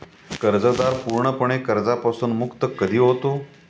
कर्जदार पूर्णपणे कर्जापासून मुक्त कधी होतो?